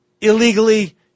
illegally